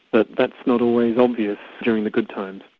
but that's not always obvious during the good times.